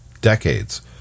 decades